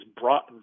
brought